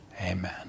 Amen